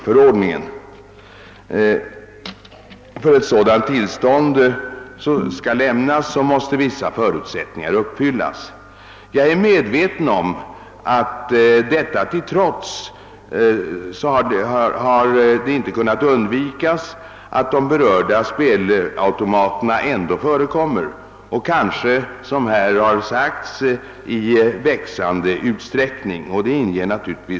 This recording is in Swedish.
För att sådant tillstånd skall lämnas måste vissa förutsättningar uppfyllas. Jag är medveten om att detta till trots man inte har kunnat undvika att berörda spelautomater förekommer — kanske såsom här sagts i växande utsträckning. Detta inger ju oro.